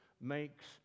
makes